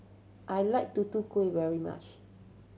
I like Tutu Kueh very much